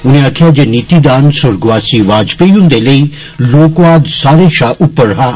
उनें आक्खेआ जे नीतिदान सुर्गवासी वाजपेई हुन्दे लेई लोकवाद सारें षा उप्पर हा